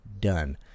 done